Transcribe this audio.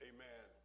Amen